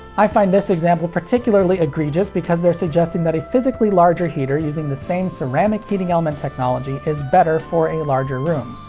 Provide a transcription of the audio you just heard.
i find this example particularly egregious because they're suggesting that a physically larger heater, using the same ceramic heating element technology, is better for a larger room.